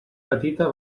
petita